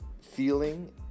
feeling